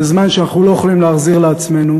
בזמן שאנחנו לא יכולים להחזיר לעצמנו,